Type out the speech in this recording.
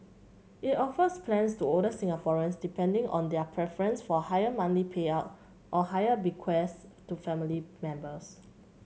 it offers plans to older Singaporeans depending on their preference for higher monthly payout or higher bequests to family members